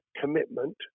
commitment